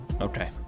okay